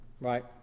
Right